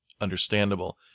understandable